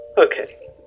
Okay